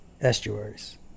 estuaries